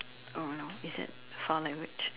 oh no is that foul language